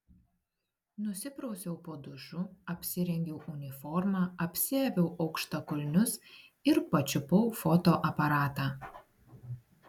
nusiprausiau po dušu apsirengiau uniformą apsiaviau aukštakulnius ir pačiupau fotoaparatą